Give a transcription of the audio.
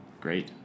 Great